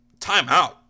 timeout